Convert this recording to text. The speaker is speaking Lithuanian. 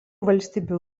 valstybių